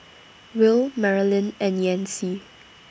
Will Marolyn and Yancy